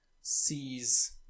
sees